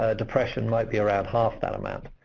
ah depression might be around half that amount.